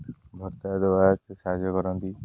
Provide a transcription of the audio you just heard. ଭତ୍ତା ଦେବା ସାହାଯ୍ୟ କରନ୍ତି